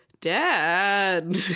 Dad